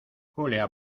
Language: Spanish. julia